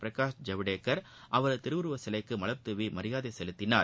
பிரகாஷ் ஜவ்டேகர் அவரது திருவுருவச் சிலைக்கு மலர்தூவி மரியாதை செலுத்தினார்